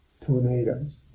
Tornadoes